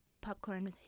Popcorn